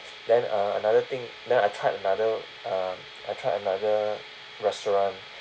then uh another thing then I tried another um I tried another restaurant